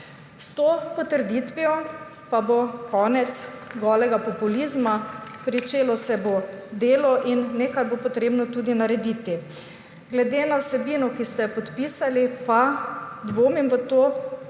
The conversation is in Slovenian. S to potrditvijo pa bo konec golega populizma, pričelo se bo delo in nekaj bo potrebno tudi narediti. Glede na vsebino, ki ste jo podpisali, pa dvomim v to oziroma